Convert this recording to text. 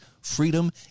freedom